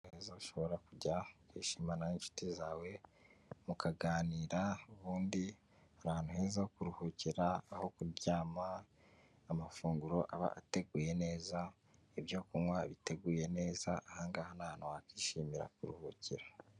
Ushobora kujya kwishimana n'inshuti zawe, mukaganira, ubundi hari ahantu heza ho kuruhukira, aho kuryama, amafunguro aba ateguye neza, ibyo kunywa biteguye neza, aha ngaha ni ahantu wakishimira kuruhukira.